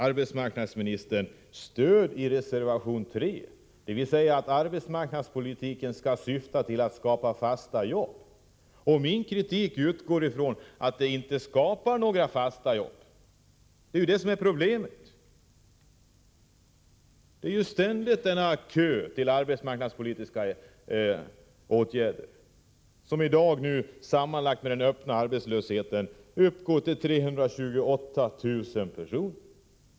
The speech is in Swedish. Arbetsmarknadsministern har dock stöd i reservation 3 när det gäller att arbetsmarknadspolitiken skall syfta till att skapa fasta jobb. Min kritik utgår från att det inte skapas några fasta jobb — det är problemet! Det är en ständig kö till arbetsmarknadspolitiska åtgärder. Sammanlagt omfattar dessa, tillsammans med den öppna arbetslösheten, 328 000 personer.